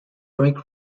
brake